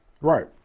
Right